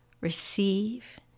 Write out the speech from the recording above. receive